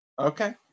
Okay